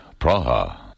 Praha